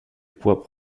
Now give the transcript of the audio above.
pois